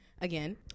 Again